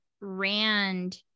Rand